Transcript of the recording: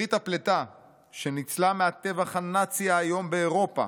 "שארית הפלטה שניצלה מהטבח הנאצי האיום באירופה